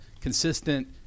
consistent